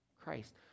Christ